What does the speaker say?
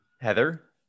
heather